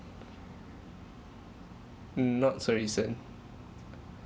mm not so recent